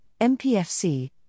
MPFC